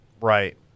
Right